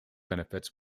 benefits